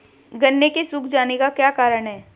गन्ने के सूख जाने का क्या कारण है?